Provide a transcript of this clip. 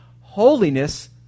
holiness